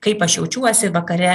kaip aš jaučiuosi vakare